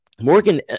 Morgan